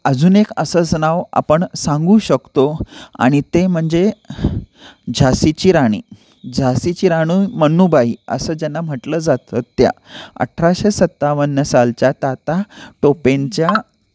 अजून एक असंच नाव आपण सांगू शकतो आणि ते म्हणजे झासीची राणी झासीची राणू मन्नूबाई असं ज्यांना म्हटलं जातं त्या अठराशे सत्तावन्न सालच्या तात्या टोपेंच्या